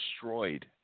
destroyed